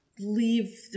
leave